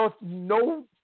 no